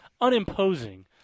unimposing